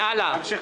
ש"ח,